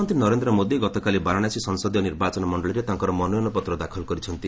ପ୍ରଧାନମନ୍ତ୍ରୀ ନରେନ୍ଦ୍ର ମୋଦି ଗତକାଲି ବାରାଣସୀ ସଂସଦୀୟ ନିର୍ବାଚନ ମଣ୍ଡଳୀରେ ତାଙ୍କର ମନୋନୟନ ପତ୍ର ଦାଖଲ କରିଛନ୍ତି